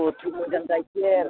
खथ' मोजां गायखेर